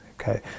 okay